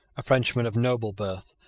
a frenchman of noble birth,